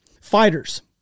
Fighters